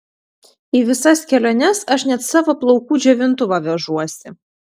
į visas keliones aš net savo plaukų džiovintuvą vežuosi